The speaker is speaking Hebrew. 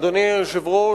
אדוני היושב-ראש,